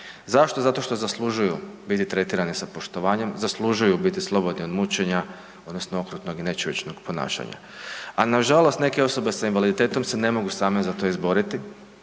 Zašto? Zato što zaslužuju biti tretirani sa poštovanjem, zaslužuju biti slobodni od mučenja odnosno okrutnog i nečovječnog ponašanja. A nažalost neke osobe s invaliditetom se ne mogu same za to izboriti,